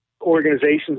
organizations